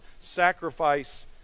sacrifice